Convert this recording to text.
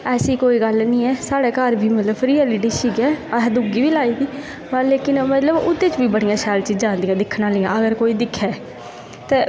ऐसी कोई गल्ल निं मतलब साढ़े घर बी फ्री आह्ली डिश गै असें दूई बी लाई दी आं मतलब ओह्दे च बी बड़ी शैल चीज़ां आंदियां दिक्खनै ई ते अगर कोई दिक्खै